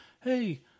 hey